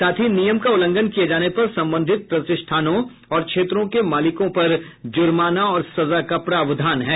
साथ ही नियम का उल्लंघन किये जाने पर संबंधित प्रतिष्ठानों और क्षेत्रों के मालिकों पर जुर्माना और सजा का प्रावधान है